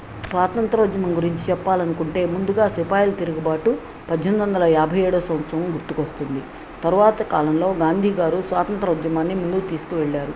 స్వాతంత్రోద్యమం గురించి చెప్పాలి అనుకుంటే ముందుగా సిపాయిలు తిరుగుబాటు పద్దెనిమిది వందల యాభై ఏడో సంవత్సరం గుర్తుకు వస్తుంది తరువాత కాలంలో గాంధీ గారు స్వాతంత్రోద్యమాన్ని ముందుకు తీసుకువెళ్ళారు